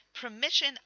permission